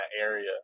area